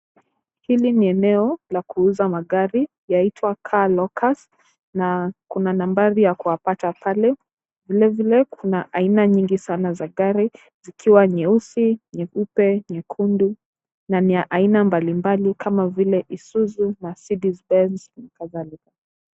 Hili ni eneo la kuuza magari yaitwa Car Locus, na kuna nambari ya kuwapata pale, vilevile kuna aina nyingi sana za gari, zikiwa nyeusi, nyeupe, nyekundu ni ya aina mbalimbali kama vile isuzu, mercedes benz na kadhalika.